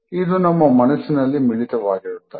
ಇದು ನಮ್ಮ ಮನಸ್ಸಿನಲ್ಲಿ ಮಿಳಿತವಾಗಿರುತ್ತದೆ